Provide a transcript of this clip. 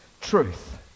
truth